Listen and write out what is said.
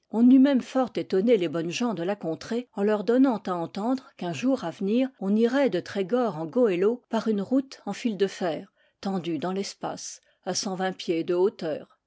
même fort étonné les bonnes gens de la contrée en leur donnant à entendre qu'un jour à venir on irait de trégor en goëlo par une route en fil de fer tendue dans l'espace à cent vingt pieds de